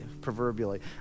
proverbially